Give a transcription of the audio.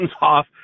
off